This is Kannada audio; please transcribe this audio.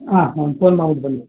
ಹಾಂ ಹ್ಮಂ ಫೋನ್ ಮಾಡ್ಬಿಟ್ಟು ಬನ್ನಿ